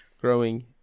growing